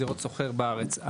זירות סוחר בארץ.